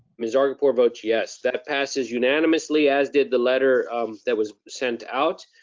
miss zargarpur votes yes. that passes unanimously, as did the letter um that was sent out.